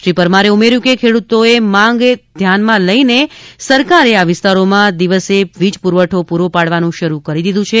શ્રી પરમારે ઉમર્યું કે ખેડૂતોએ માંગ ધ્યાને લઇને સરકારે આ વિસ્તારોમાં દિવસે વીજ પુરવઠો પુરો પાડવાનું શરૂ કરી દીધુ છે